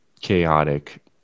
chaotic